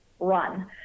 run